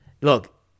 look